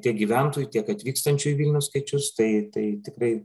tiek gyventojų tiek atvykstančių į vilnius skaičius tai tai tikrai